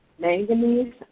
manganese